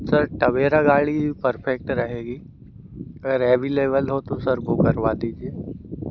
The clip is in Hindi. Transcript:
सर टबेरा गाड़ी परफेक्ट रहेगी अगर एवेलेवल हो तो सर वो करवा दीजिए